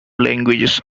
languages